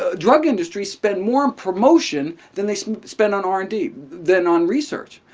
ah drug industries spend more on promotion than they so spend on r and d, the non-research.